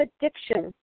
addiction